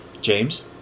james